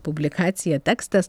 publikacija tekstas